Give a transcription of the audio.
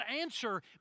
answer